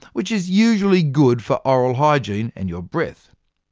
which is usually good for oral hygiene and your breath.